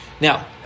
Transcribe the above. now